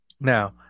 Now